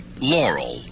Laurel